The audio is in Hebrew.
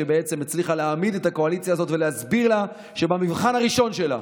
שהצליחה בעצם להעמיד את הקואליציה הזאת ולהסביר לה שבמבחן הראשון שלה,